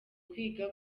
kwiga